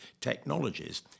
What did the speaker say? technologies